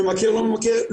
ממכר או לא ממכר,